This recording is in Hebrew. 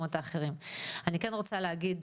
אני כן רוצה להגיד